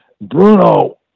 Bruno